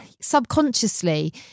subconsciously